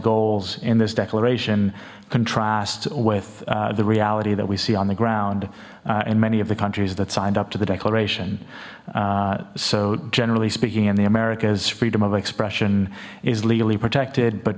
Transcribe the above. goals in this declaration contrast with the reality that we see on the ground in many of the countries that signed up to the declaration so generally speaking in the americas freedom of expression is legally protected but